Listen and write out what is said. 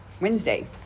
Wednesday